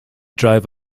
drove